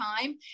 time